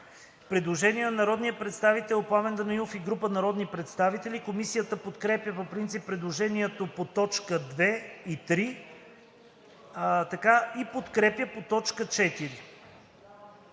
Предложение на народния представител Пламен Данаилов и група народни представители. Комисията подкрепя по принцип предложението по т. 2 и 3 и подкрепя по т. 4.